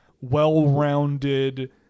well-rounded